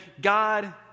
God